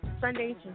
Sunday